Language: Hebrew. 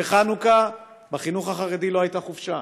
בחנוכה בחינוך החרדי לא הייתה חופשה,